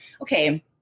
okay